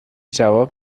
جواب